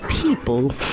people